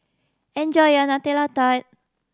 enjoy your Nutella Tart